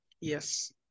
Yes